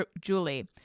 Julie